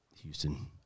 Houston